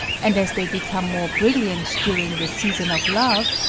and as they become more brilliant during the season of love,